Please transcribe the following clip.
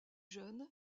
jeunes